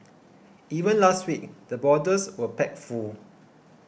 even last week the borders were packed full